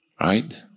right